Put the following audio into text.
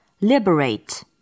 liberate